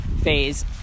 phase